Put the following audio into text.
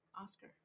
Oscar